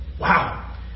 Wow